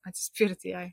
atsispirti jai